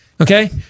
Okay